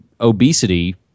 obesity